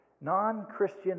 Non-Christian